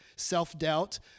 self-doubt